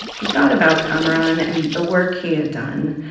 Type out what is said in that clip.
he thought about kamaran and the work he had done,